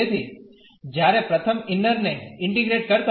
તેથી જ્યારે પ્રથમ ઇન્નર ને ઇન્ટીગ્રેટ કરતા